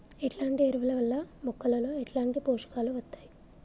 ఎట్లాంటి ఎరువుల వల్ల మొక్కలలో ఎట్లాంటి పోషకాలు వత్తయ్?